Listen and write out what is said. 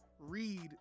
read